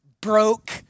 broke